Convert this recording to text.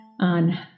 on